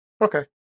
Okay